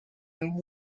and